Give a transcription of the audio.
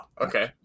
okay